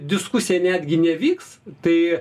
diskusiją netgi nevyks tai